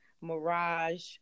Mirage